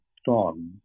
storm